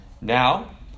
Now